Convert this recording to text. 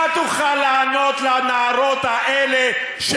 מה תוכל לענות לנערות האלה,